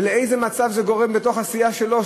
ולאיזה מצב זה גורם בתוך הסיעה שלו,